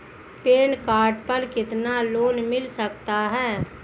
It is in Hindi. पैन कार्ड पर कितना लोन मिल सकता है?